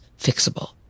fixable